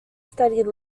studied